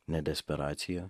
ne desperaciją